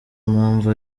impamvu